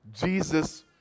Jesus